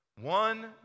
one